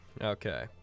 Okay